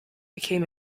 became